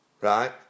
right